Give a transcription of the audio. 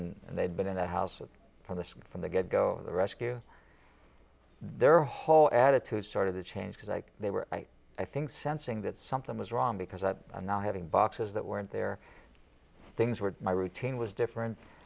and they'd been in that house from the from the get go the rescue their whole attitude sort of the changes like they were i think sensing that something was wrong because i'm not having boxes that weren't there things were my routine was difference